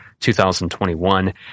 2021